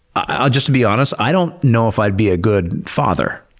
ah just to be honest, i don't know if i'd be a good father,